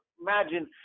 imagine